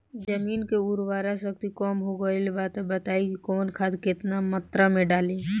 जमीन के उर्वारा शक्ति कम हो गेल बा तऽ बताईं कि कवन खाद केतना मत्रा में डालि?